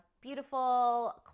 beautiful